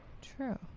True